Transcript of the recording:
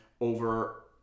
over